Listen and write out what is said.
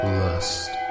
lust